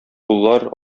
куллар